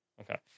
okay